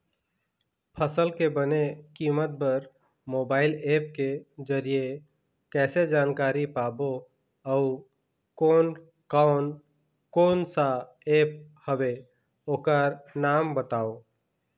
फसल के बने कीमत बर मोबाइल ऐप के जरिए कैसे जानकारी पाबो अउ कोन कौन कोन सा ऐप हवे ओकर नाम बताव?